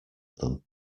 them